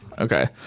Okay